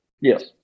Yes